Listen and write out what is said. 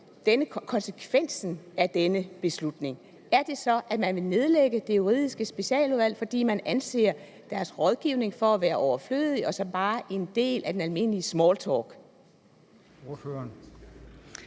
om konsekvensen af denne beslutning. Er den, at man vil nedlægge Juridisk Specialudvalg, fordi man anser dets rådgivning for være overflødig og bare som en del af den almindelige smalltalk?